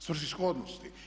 Svrsishodnosti.